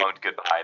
goodbye